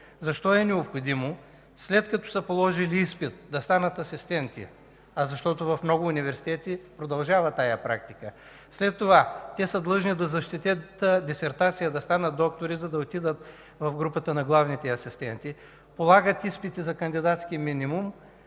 Защо е необходимо? След като са положили изпит да станат асистенти, в много университети продължава тази практика, след това те са длъжни да защитят дисертация, за да станат доктори, за да отидат в групата на главните асистенти. Полагат изпит за кандидатски минимум,